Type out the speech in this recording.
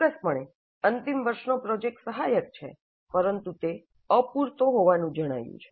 ચોક્કસપણે અંતિમ વર્ષનો પ્રોજેક્ટ સહાયક છે પરંતુ તે અપૂરતો હોવાનું જણાયું છે